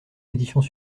éditions